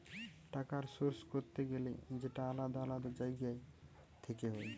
টাকার সোর্স করতে গেলে সেটা আলাদা আলাদা জায়গা থেকে হয়